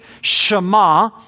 Shema